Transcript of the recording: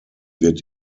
wird